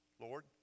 Lord